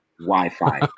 Wi-Fi